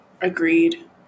Agreed